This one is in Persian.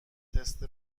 تست